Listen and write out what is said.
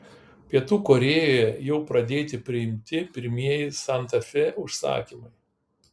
pietų korėjoje jau pradėti priimti pirmieji santa fe užsakymai